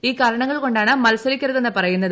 ഈ കാരണങ്ങൾ കൊണ്ടാണ് മത്സരിക്കരുതെന്ന് പറയുന്നത്